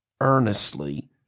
earnestly